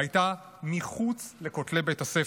הייתה מחוץ לכותלי בית הספר.